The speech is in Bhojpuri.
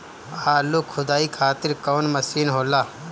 आलू खुदाई खातिर कवन मशीन होला?